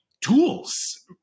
tools